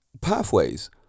pathways